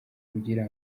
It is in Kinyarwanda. kugira